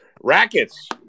Rackets